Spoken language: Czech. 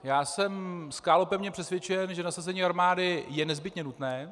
Já jsem skálopevně přesvědčen, že nasazení armády je nezbytně nutné.